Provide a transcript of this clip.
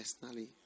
personally